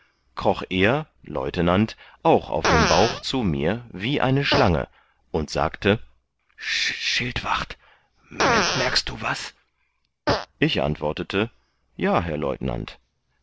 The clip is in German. kroch er leutenant auch auf dem bauch zu mir wie eine schlange und sagte schildwacht merkst du was ich antwortete ja herr leutenant